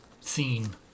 scene